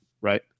right